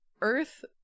earth